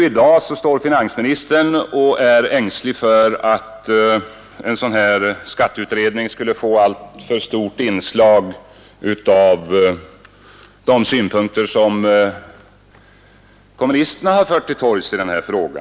I dag står finansministern här och är ängslig för att en sådan skatteutredning skall få alltför stort inslag av de synpunkter som kommunisterna har fört till torgs i denna fråga.